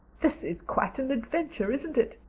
this is quite an adventure, isn't it?